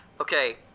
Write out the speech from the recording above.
Okay